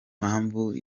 mpamvu